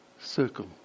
circle